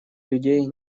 людей